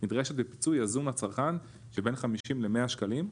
נדרשת לפיצוי יזום לצרכן של בין 50 ל-100 שקלים,